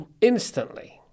instantly